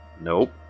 Nope